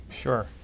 Sure